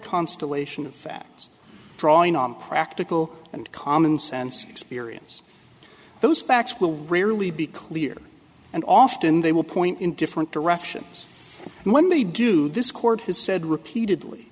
constellation of facts drawing on practical and commonsense experience those facts will rarely be clear and often they will point in different directions and when they do this court has said repeatedly